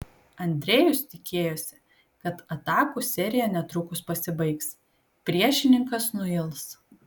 andrejus tikėjosi kad atakų serija netrukus pasibaigs priešininkas nuils